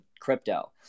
crypto